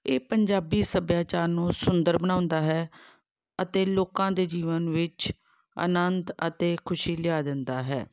ਇਹ ਪੰਜਾਬੀ ਸੱਭਿਆਚਾਰ ਨੂੰ ਸੁੰਦਰ ਬਣਾਉਂਦਾ ਹੈ ਅਤੇ ਲੋਕਾਂ ਦੇ ਜੀਵਨ ਵਿੱਚ ਅਨੰਤ ਅਤੇ ਖੁਸ਼ੀ ਲਿਆ ਦਿੰਦਾ ਹੈ